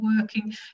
working